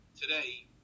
today